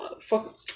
fuck